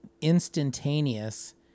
instantaneous